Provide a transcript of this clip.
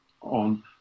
on